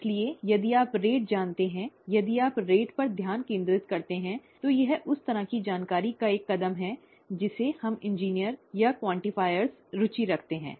इसलिए यदि आप दर जानते हैं यदि आप दर पर ध्यान केंद्रित करते हैं तो यह उस तरह की जानकारी का एक कदम है जिसमें हम इंजीनियर या क्वांटिफायर रुचि रखते हैं